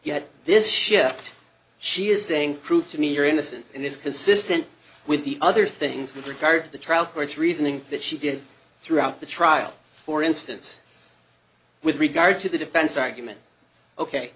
he had this ship she is saying prove to me you're innocent and it's consistent with the other things with regard to the trial court's reasoning that she did throughout the trial for instance with regard to the defense argument ok